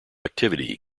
activity